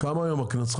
כמה היום הקנס?